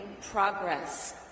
progress